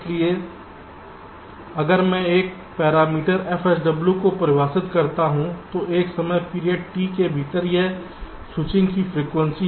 इसलिए अगर मैं एक पैरामीटर fSW को परिभाषित करता हूं तो एक समय पीरियड T के भीतर यह स्विचिंग की फ्रीक्वेंसी है